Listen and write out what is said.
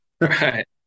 right